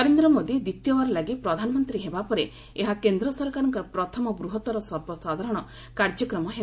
ନରେନ୍ଦ୍ର ମୋଦି ଦ୍ୱିତୀୟବାର ଲାଗି ପ୍ରଧାନମନ୍ତ୍ରୀ ହେବା ପରେ ଏହା କେନ୍ଦ୍ର ସରକାରଙ୍କର ପ୍ରଥମ ବୃହତର ସର୍ବସାଧାରଣ କାର୍ଯ୍ୟକ୍ରମ ହେବ